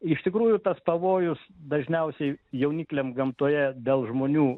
iš tikrųjų tas pavojus dažniausiai jaunikliam gamtoje dėl žmonių